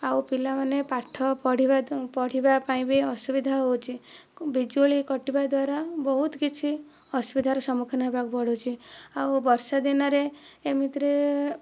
ଆଉ ପିଲାମାନେ ପାଠ ପଢ଼ିବା ପଢ଼ିବା ପାଇଁ ବି ଅସୁବିଧା ହେଉଛି ବିଜୁଳି କଟିବା ଦ୍ଵାରା ବହୁତ କିଛି ଅସୁବିଧାର ସମ୍ମୁଖୀନ ହେବାକୁ ପଡ଼ୁଛି ଆଉ ବର୍ଷାଦିନରେ ଏମିତିରେ